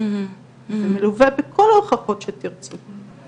וזה מלווה בכל ההוכחות שתרצו.